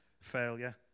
failure